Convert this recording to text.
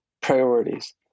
priorities